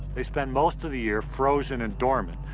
they spend most of the year frozen and dormant,